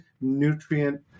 nutrient